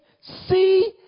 See